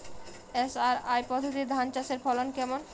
SRI পদ্ধতি ধান চাষের ফলন কেমন?